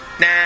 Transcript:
Nah